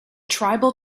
tribal